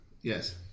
Yes